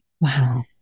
Wow